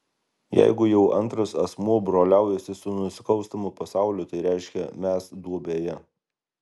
jeigu jau antras asmuo broliaujasi su nusikalstamu pasauliu tai reiškia mes duobėje